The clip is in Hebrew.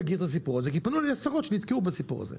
פנו אלי עשרות שנתקעו בסיפור הזה.